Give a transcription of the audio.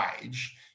wage